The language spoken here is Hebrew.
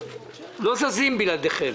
שלא זזים בלעדיהם.